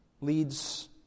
leads